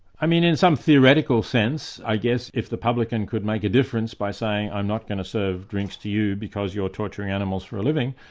in in some theoretical sense, i guess, if the publican could make a difference by saying, i'm not going to serve drinks to you because you're torturing animals for a living,